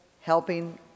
helping